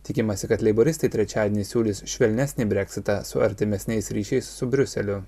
tikimasi kad leiboristai trečiadienį siūlys švelnesni breksitą su artimesniais ryšiais su briuseliu